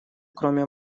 кроме